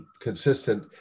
consistent